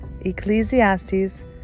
Ecclesiastes